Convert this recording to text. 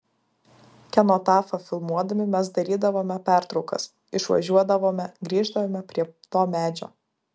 kenotafą filmuodami mes darydavome pertraukas išvažiuodavome grįždavome prie to medžio